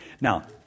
Now